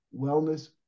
wellness